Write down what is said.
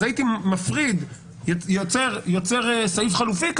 אז הייתי יוצר סעיף חלופי: